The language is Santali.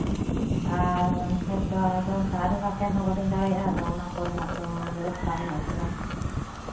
ᱟᱨ ᱦᱚᱭᱛᱳ ᱟᱫᱚ ᱮᱱᱠᱷᱟᱱ ᱟᱹᱞᱤᱧ ᱦᱚᱸ ᱥᱮᱱ ᱦᱚᱸ ᱵᱟᱹᱞᱤᱧ ᱫᱟᱲᱮᱭᱟᱜᱼᱟ ᱟᱫᱚ ᱚᱱᱟ ᱠᱚᱨᱮᱱᱟᱜ ᱫᱚ ᱵᱮᱵᱚᱥᱛᱷᱟ ᱢᱮᱱᱟᱜ ᱟᱥᱮ ᱵᱟᱝ